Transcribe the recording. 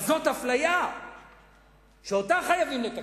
אבל, זאת אפליה שאותה חייבים לתקן.